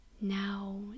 Now